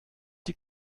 die